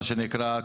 מה שנקרא,